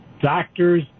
doctors